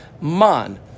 Man